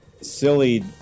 silly